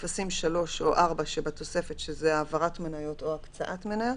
בטפסים 3 או 4 שבתוספת -- זה העברת מניות או הקצאת מניות.